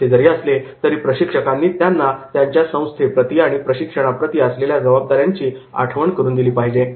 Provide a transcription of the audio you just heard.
असे जरी असले तरी प्रशिक्षकांनी त्यांना त्यांच्या संस्थेप्रती आणि प्रशिक्षणाप्रती असलेल्या जबाबदाऱ्यांची आठवण करून दिली पाहिजे